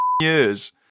years